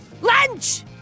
Lunch